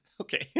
Okay